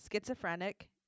schizophrenic